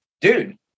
dude